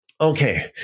Okay